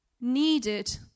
needed